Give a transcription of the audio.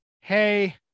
Hey